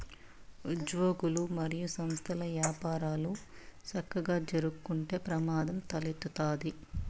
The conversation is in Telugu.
ఉజ్యోగులు, మరియు సంస్థల్ల యపారాలు సక్కగా జరక్కుంటే ప్రమాదం తలెత్తతాది